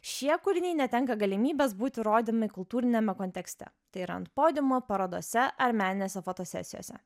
šie kūriniai netenka galimybės būti rodomi kultūriniame kontekste tai yra ant podiumo parodose ar meninėse fotosesijose